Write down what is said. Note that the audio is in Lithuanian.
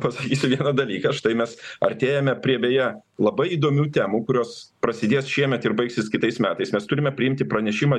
pasakysiu vieną dalyką štai mes artėjame prie beje labai įdomių temų kurios prasidės šiemet ir baigsis kitais metais mes turime priimti pranešimą